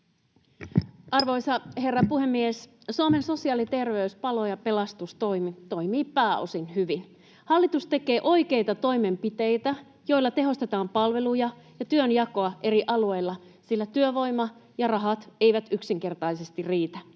Arvoisa herra puhemies! Suomen sosiaali- ja terveys-, palo- ja pelastustoimi toimii pääosin hyvin. Hallitus tekee oikeita toimenpiteitä, joilla tehostetaan palveluja ja työnjakoa eri alueilla, sillä työvoima ja rahat eivät yksinkertaisesti riitä.